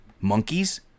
monkeys